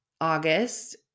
August